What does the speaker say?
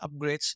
upgrades